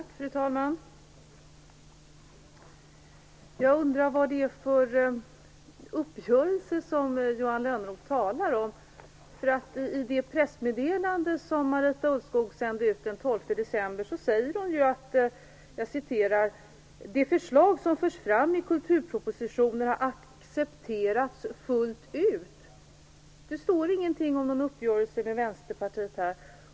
Fru talman! Jag undrar vad det är för uppgörelse som Johan Lönnroth talar om. I det pressmeddelande som Marita Ulvskog sände ut den 12 december sade hon att det förslag som förs fram i kulturpropositionen har accepterats fullt ut. Det står ingenting om någon uppgörelse med Vänsterpartiet.